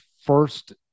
first